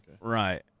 Right